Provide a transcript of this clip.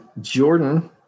Jordan